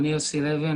אני יוסי לוי,